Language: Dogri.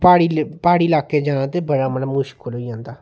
ते प्हाड़ी लाकै च जाना बड़ा मुश्कल होई जंदा